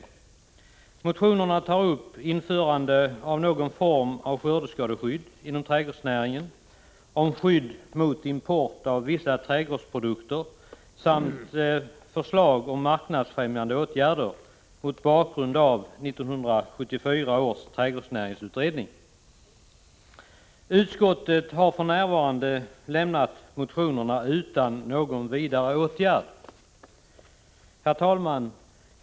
I motionerna föreslås, bl.a. mot bakgrund av 1974 års trädgårdsutredning, införande av någon form av skördeskadeskydd inom trädgårdsnäringen, skydd mot import av vissa trädgårdsprodukter samt marknadsfrämjande åtgärder. Utskottet har för närvarande lämnat motionerna utan ytterligare åtgärd. Herr talman!